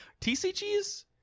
TCGs